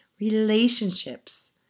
relationships